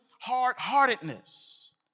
hard-heartedness